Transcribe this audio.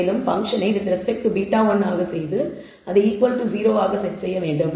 மேலும் பங்க்ஷனை with respect to β1 செய்து அதை 0 ஆக செட் செய்ய வேண்டும்